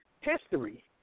history